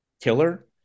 killer